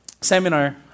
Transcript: seminar